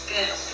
Good